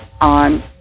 on